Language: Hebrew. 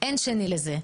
אין שני לזה,